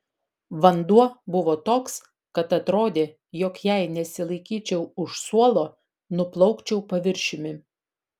vanduo buvo toks kad atrodė jog jei nesilaikyčiau už suolo nuplaukčiau paviršiumi